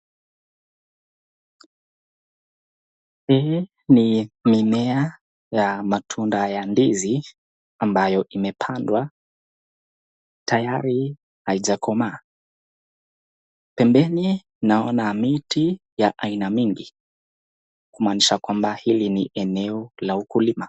Hii ni mimea ya matunda ya ndizi ambayo imepandwa tayari haijakomaa , pembeni naona miti ya aina mingi kumaanisha kwamba hii ni eneo la ukulima.